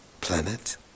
planet